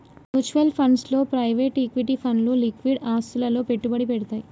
mutual funds లో private equity ఫండ్లు liquid ఆస్తులలో పెట్టుబడి పెడ్తయ్